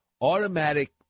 automatic